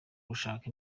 gushaka